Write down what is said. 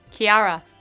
Kiara